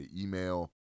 email